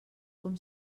com